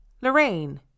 Lorraine